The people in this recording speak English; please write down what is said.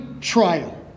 trial